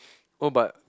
oh but